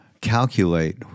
calculate